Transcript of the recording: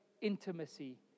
intimacy